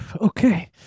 okay